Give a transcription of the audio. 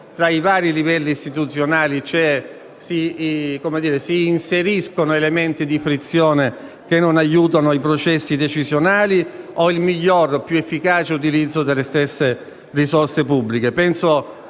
tra i vari livelli istituzionali si inseriscono elementi di frizione che non aiutano i processi decisionali o il migliore e più efficace utilizzo delle stesse risorse pubbliche.